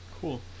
cool